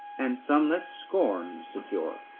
and some let scorn secure.